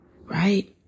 right